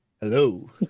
Hello